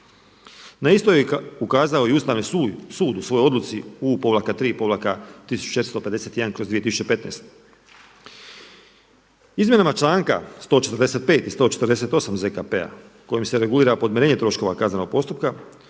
Na isto je ukazao i Ustavni sud u svojoj odluci U-3-1451/2015. Izmjenama članka 145. i 148. ZKP-a kojim se regulira podmirenje troškova kaznenog postupka